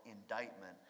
indictment